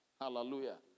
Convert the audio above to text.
Hallelujah